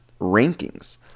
rankings